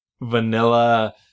vanilla